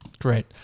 Great